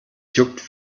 juckt